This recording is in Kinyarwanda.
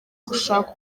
gushaka